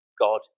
God